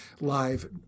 live